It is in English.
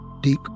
Deep